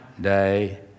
day